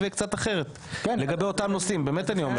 קצת אחרת לגבי אותם נושאים באמת אני אומר.